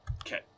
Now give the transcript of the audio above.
Okay